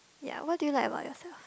ya what do you like about yourself